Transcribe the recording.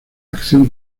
acción